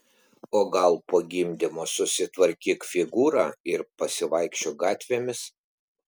o gal po gimdymo susitvarkyk figūrą ir pasivaikščiok gatvėmis